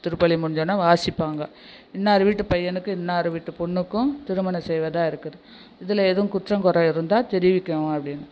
திருப்பள்ளி முடிஞ்சோடன வாசிப்பாங்க இன்னார் வீட்டு பையனுக்கு இன்னார் வீட்டு பொண்ணுக்கும் திருமணம் செய்வதாக இருக்குது இதில் எதுவும் குற்றம் குறை இருந்தால் தெரிவிக்கணும் அப்படினு